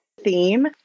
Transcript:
theme